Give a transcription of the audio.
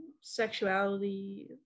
sexuality